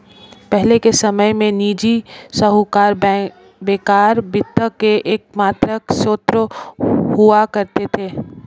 पहले के समय में निजी साहूकर बैंकर वित्त के एकमात्र स्त्रोत हुआ करते थे